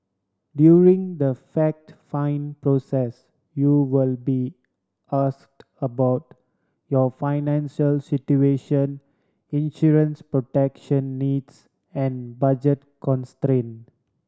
during the fact find process you will be asked about your financial situation insurance protection needs and budget constraint